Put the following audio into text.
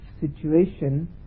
situation